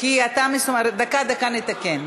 מסומן דקה, דקה, נתקן.